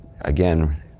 again